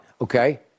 okay